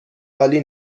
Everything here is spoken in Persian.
عالی